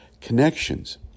connections